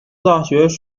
大学